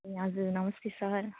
ए हजुर नमस्ते सर